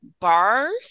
bars